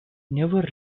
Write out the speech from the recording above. never